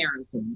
parenting